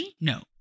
No